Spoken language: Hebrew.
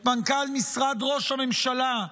את מנכ"ל משרד ראש הממשלה,